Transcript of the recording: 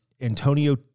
Antonio